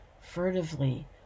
furtively